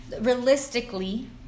Realistically